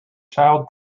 child